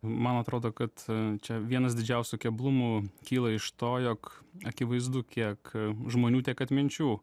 man atrodo kad čia vienas didžiausių keblumų kyla iš to jog akivaizdu kiek žmonių tiek atminčių